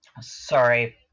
Sorry